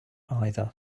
either